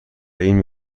این